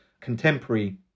contemporary